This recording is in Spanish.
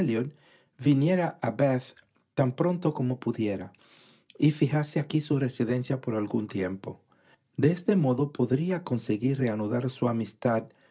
viniera a bath tan pronto como pudiera y fijase aquí su residencia por algún tiempo de este modo podría conseguir reanudar su amistad